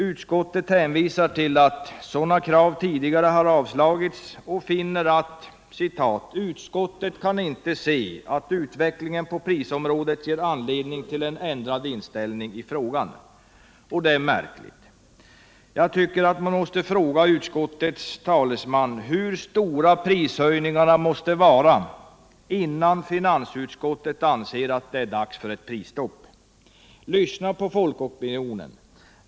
Utskottet hänvisar till att sådana krav tidigare Finansdebatt Finansdebatt ”Utskottet kan inte se att utvecklingen på prisområdet ger anledning till en ändrad inställning i frågan.” Det är märkligt. Jag vill fråga utskottets talesman hur stora prisökningarna måste vara innan finansutskottet anser att det är dags för prisstopp. Lyssna på folkopinionen.